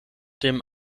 dem